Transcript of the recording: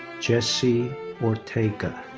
jesse ortega.